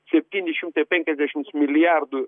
septyni šimtai penkiasdešims milijardų